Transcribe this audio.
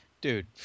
Dude